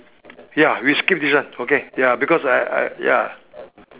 ya we skip this one okay ya because I I ya